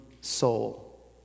soul